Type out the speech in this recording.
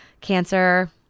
cancer